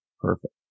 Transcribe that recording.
perfect